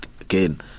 again